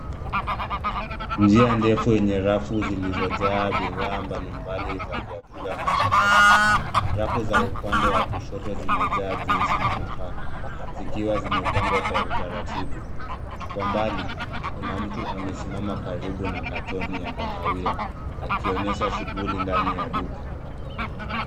Njia ndefu yenye rafu zilizojaa bidhaa mbali mbali za vyakula na vinywaji. Rafu za upande wa kushoto zimejaa juisi na nafaka zikiwa zimepangwa kwa utaratibu. Kwa mbali, kuna mtu amesimama karibu na katoni ya kahawia akionyesha shughuli ndani ya duka.